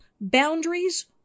boundaries